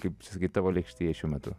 kaip čia pasakyt tavo lėkštėje šiuo metu